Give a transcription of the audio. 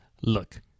Look